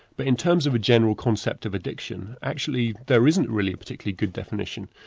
but in terms of a general concept of addiction actually there isn't really a particularly good definition.